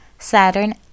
Saturn